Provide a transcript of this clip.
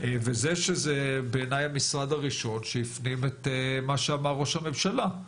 וזה שזה בעיני המשרד הראשון שהפנים את מה שאמר ראש הממשלה.